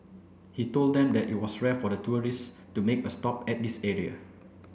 he told them that it was rare for the tourists to make a stop at this area